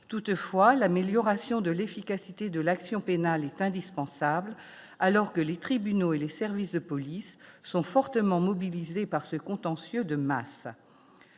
toutefois l'amélioration de l'efficacité de l'action pénale est indispensable, alors que les tribunaux et les services de police sont fortement mobilisés par ce contentieux de masse